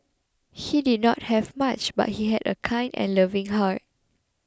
he did not have much but he had a kind and loving heart